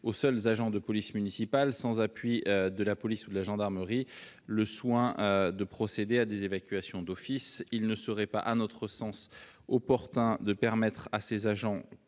aux seuls agents de police municipale sans appui de la police ou la gendarmerie, le soin de procéder à des évacuations d'office, il ne serait pas à notre sens opportun de permettre à ses agents,